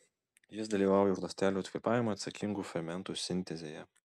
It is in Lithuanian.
jis dalyvauja už ląstelių kvėpavimą atsakingų fermentų sintezėje